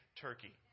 Turkey